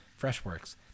Freshworks